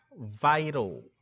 vital